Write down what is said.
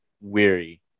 weary